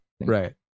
Right